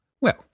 Well